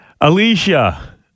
Alicia